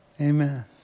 Amen